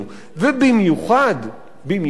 ובמיוחד, במיוחד,